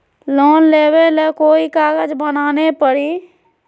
Loan लेबे ले कोई कागज बनाने परी?